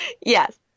Yes